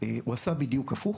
הוא עשה בדיוק הפוך.